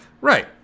Right